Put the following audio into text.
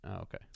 okay